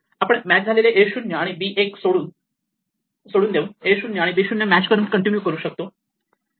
आपण मॅच झालेले a 0 आणि b 1 सोडून देऊन a 0 आणि b 0 मॅच करून कंटिन्यू करू शकतो